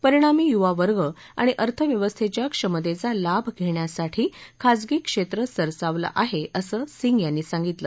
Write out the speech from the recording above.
परिणामी युवावर्ग आणि अर्थव्यवस्थेच्या क्षमतेचा लाभ घेण्यासाठी खासगी क्षेत्र सरसावलं आहे अंस सिंह यांनी सांगितलं